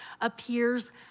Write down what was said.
appears